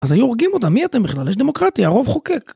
אז היו הורגים אותה, מי אתם בכלל, יש דמוקרטיה הרוב חוקק.